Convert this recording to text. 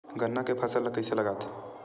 गन्ना के फसल ल कइसे लगाथे?